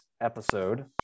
episode